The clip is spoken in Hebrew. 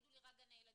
תגידו לי רק גני ילדים.